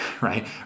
right